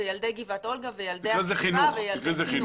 ואחר כך חינוך.